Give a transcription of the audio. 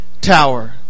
tower